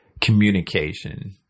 communication